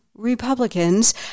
Republicans